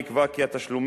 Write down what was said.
נקבע כי התשלומים,